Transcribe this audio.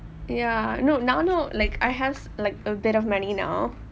ya no now no like I have like a bit of money now